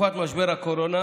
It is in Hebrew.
בתקופת משבר הקורונה,